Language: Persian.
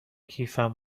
کیفم